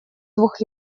двух